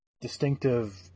distinctive